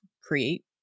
create